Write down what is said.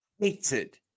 hated